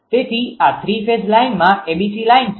તેથી આ 3 phase line abc line છે